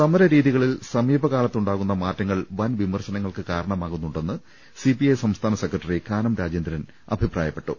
സമർ രീതികളിൽ സമീപകാലത്തുണ്ടാവുന്ന മാറ്റങ്ങൾക്ക് കാരണമാകുന്നുണ്ടെന്ന് സി പി ഐ സംസ്ഥാന സെന്റ്രി കാനം രാജേന്ദ്രൻ അഭിപ്രായപ്പെട്ടു